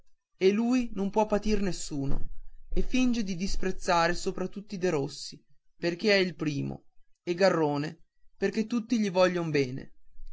e lui non può patir nessuno e finge di disprezzar sopra tutti derossi perché è il primo e garrone perché tutti gli voglion bene